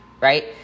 right